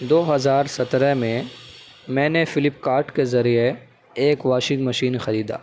دو ہزار سترہ میں میں نے فلپکارٹ کے ذریعہ ایک واشنگ مشین خریدا